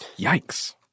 Yikes